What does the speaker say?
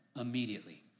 immediately